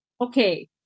Okay